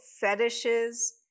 fetishes